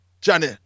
Johnny